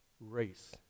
race